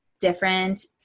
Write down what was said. different